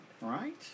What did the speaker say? right